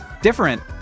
different